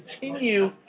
continue